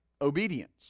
obedience